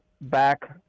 back